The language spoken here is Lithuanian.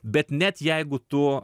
bet net jeigu tu